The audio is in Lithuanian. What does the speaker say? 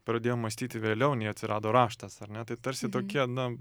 pradėjo mąstyti vėliau nei atsirado raštas ar ne tai tarsi tokie na